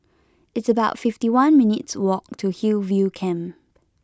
it's about fifty one minutes' walk to Hillview Camp